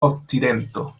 okcidento